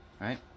Right